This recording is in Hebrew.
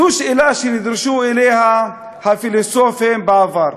זו שאלה שנדרשו אליה הפילוסופים בעבר.